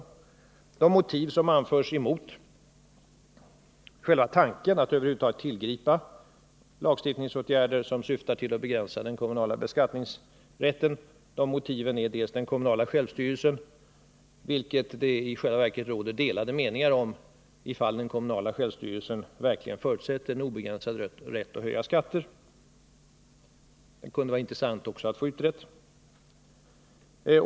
Bland de motiv som anförs mot själva tanken att över huvud taget tillgripa lagstiftningsåtgärder, som syftar till att begränsa den kommunala beskattningsrätten, är först och främst den kommunala självstyrelsen, fastän det i själva verket råder delade meningar om huruvida den kommunala självstyrelsen verkligen förutsätter en obegränsad rätt att höja skatten. Det kunde vara intressant att få detta utrett.